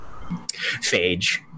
Phage